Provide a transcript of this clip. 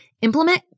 implement